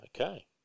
okay